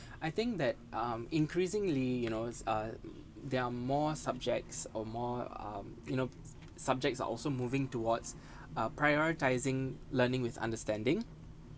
I think that um increasingly you know it's uh there are more subjects or more um you know subjects are also moving towards a prioritising learning with understanding